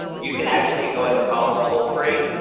you can actually go ahead and call us toll-free.